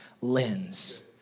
lens